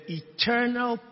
eternal